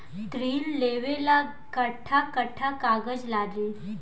ऋण लेवेला कट्ठा कट्ठा कागज लागी?